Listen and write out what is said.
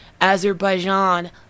Azerbaijan